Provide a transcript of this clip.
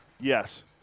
yes